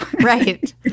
Right